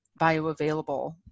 bioavailable